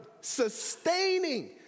sustaining